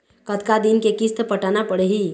कतका दिन के किस्त पटाना पड़ही?